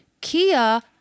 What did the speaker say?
Kia